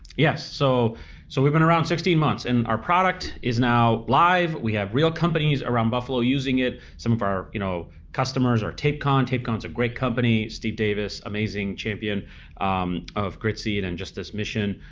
yes, so so we've been around sixteen months and our product is now live, we have real companies around buffalo using it. some of our you know customers are tapecon. tapecon's a great company. steve davis, amazing champion of gritseed and just this mission,